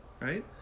right